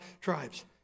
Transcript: tribes